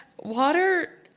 water